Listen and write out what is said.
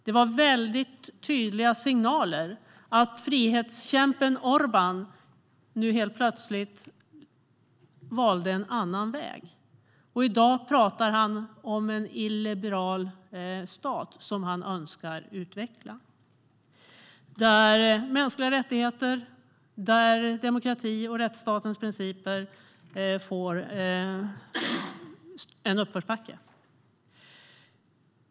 Det var mycket tydliga signaler om att frihetskämpen Orbán nu helt plötsligt valde en annan väg. I dag talar han om en illiberal stat som han önskar utveckla, där mänskliga rättigheter, demokrati och rättsstatens principer får en uppförsbacke.